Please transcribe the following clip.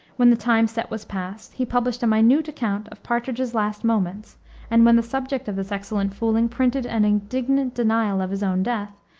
when the time set was past, he published a minute account of partridge's last moments and when the subject of this excellent fooling printed an indignant denial of his own death,